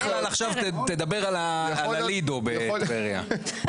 עכשיו תדבר על הלידו בטבריה.